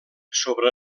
sobre